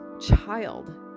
child